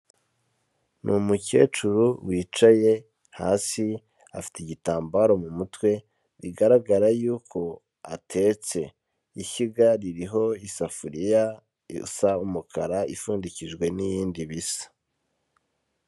Ni umukecuru wicaye hasi, afite igitambaro mu mutwe, bigaragara yuko atetse. Ishyiga ririho isafuriya isa umukara, ipfundikijwe n'iyindi bisa.